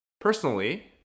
Personally